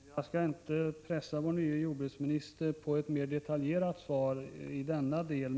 Herr talman! Jag skall inte pressa vår nye jordbruksminister på ett mer detaljerat svar i denna del.